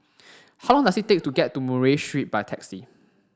how long does it take to get to Murray Street by taxi